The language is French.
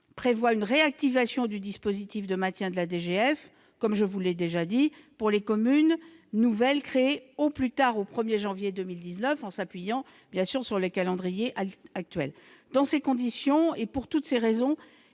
prévoit une réactivation du dispositif de maintien de la DGF pour les communes nouvelles créées au plus tard au 1 janvier 2019, en s'appuyant, bien sûr, sur les calendriers actuels. Dans ces conditions et pour toutes ces raisons,